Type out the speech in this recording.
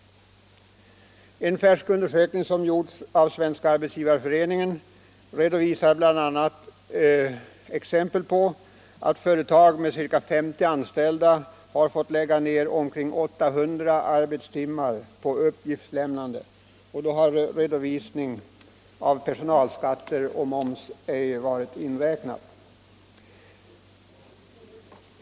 En färsk undersökning som gjorts av Svenska arbetsgivareföreningen redovisar bl.a. exempel på att företag med ca 50 anställda har fått lägga ned omkring 800 arbetstimmar på uppgiftslämnande, och då har redovisning av personalskatter och moms ej inräknats.